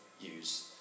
use